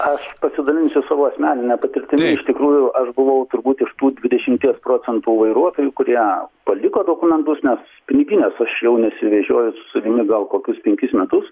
aš pasidalinsiu savo asmenine patirtimi iš tikrųjų aš buvau turbūt iš tų dvidešimties procentų vairuotojų kurie paliko dokumentus nes piniginės aš jau nesivežioju su savimi gal kokius penkis metus